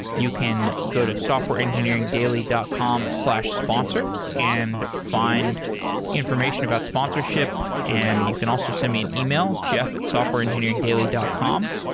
you can go to softwareengineeringdaily dot com slash sponsor and find information about sponsorship and you can also send me an email, jeff at softwareengineeringdaily dot com.